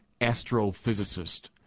astrophysicist